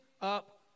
up